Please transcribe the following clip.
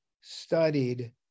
studied